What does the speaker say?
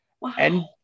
Wow